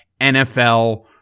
NFL